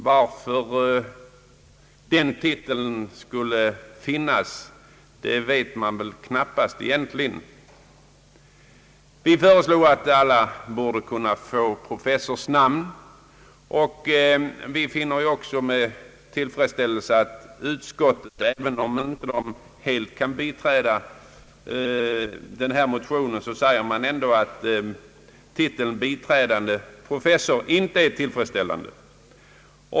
Vi har i vår motion föreslagit att alla befattningshavare i den aktuella tjänsten skall få professors namn. Vi finner också med tillfredsställelse att utskottet, även om det inte helt har kunnat biträda motionen, ändå säger att titeln biträdande professor inte är tillfredsställande.